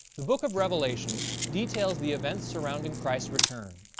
the book of revelation details the events surrounding christ's return.